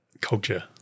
Culture